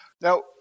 Now